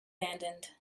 abandoned